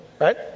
right